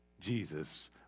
Jesus